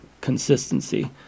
consistency